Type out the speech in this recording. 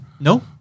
No